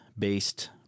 Based